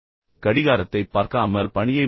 கடிகாரத்தைப் பார்க்காமல் பணியை முடிக்கவும்